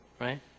Right